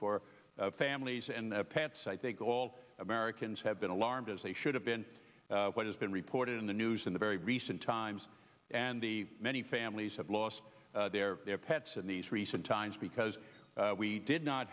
for families and their pets i think all americans have been alarmed as they should have been what has been reported in the news in the very recent times and the many families have lost their pets in these recent times because we did not